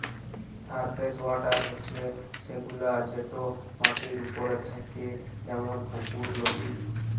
surface water হছে সেগুলা যেট মাটির উপরে থ্যাকে যেমল পুকুর, লদী